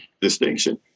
distinction